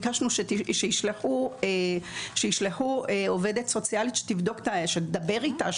ביקשנו שישלחו עובדת סוציאלית שתדבר איתה,